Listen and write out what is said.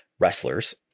wrestlers